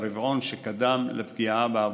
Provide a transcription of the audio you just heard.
ברבעון שקדם לפגיעה בעבודה.